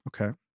Okay